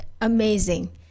amazing